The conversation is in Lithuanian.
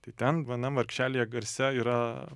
tai ten vienam vargšelyje garse yra